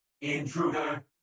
intruder